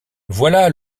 voilà